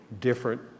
different